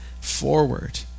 forward